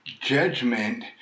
judgment